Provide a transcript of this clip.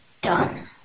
Done